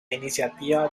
iniciativa